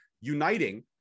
uniting